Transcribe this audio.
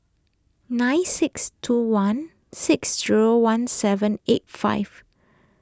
nine six two one six zero one seven eight five